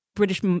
british